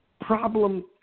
problem